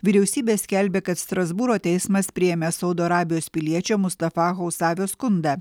vyriausybė skelbia kad strasbūro teismas priėmė saudo arabijos piliečio mustafa husavio skundą